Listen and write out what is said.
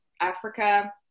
Africa